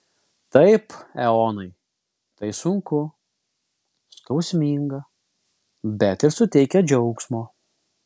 taip eonai tai sunku skausminga bet ir suteikia džiaugsmo